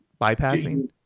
bypassing